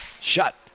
shut